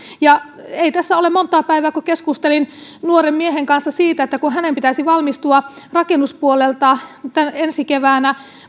ei ole montaa päivää kun keskustelin nuoren miehen kanssa siitä että hänen pitäisi valmistua rakennuspuolelta ensi keväänä